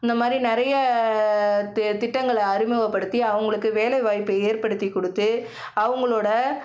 இந்தமாதிரி நிறைய தி திட்டங்களை அறிமுகப்படுத்தி அவங்களுக்கு வேலைவாய்ப்பை ஏற்படுத்தி கொடுத்து அவங்களோட